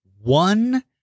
one